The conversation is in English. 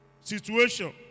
situation